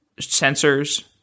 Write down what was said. sensors